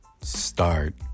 start